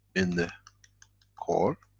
in the core.